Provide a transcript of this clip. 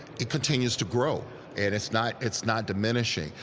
it continues to grow and it's not it's not diminishing.